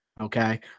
Okay